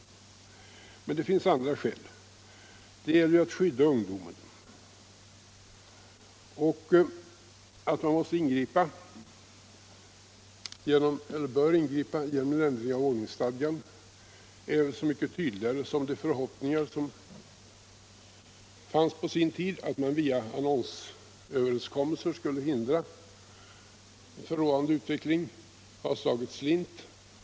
Men det finns andra skäl. Det gäller att skydda ungdomen. Och att man bör ingripa genom en ändring av ordningsstadgan är väl så mycket tydligare som de förhoppningar som fanns på sin tid, att man via annonsöverenskommelser skulle hindra en förråande utveckling, har slagit slint.